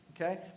okay